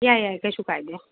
ꯌꯥꯏ ꯌꯥꯏ ꯀꯩꯁꯨ ꯀꯥꯏꯗꯦ